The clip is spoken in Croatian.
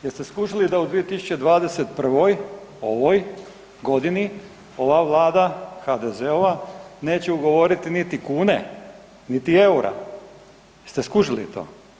Jeste li skužili da u 2021. ovoj godini ova Vlada HDZ-ova neće ugovoriti niti kune, niti EUR-a, jeste skužili to?